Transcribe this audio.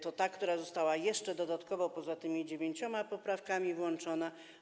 To ta, która została jeszcze dodatkowo, poza tymi dziewięcioma poprawkami, włączona.